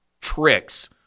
tricks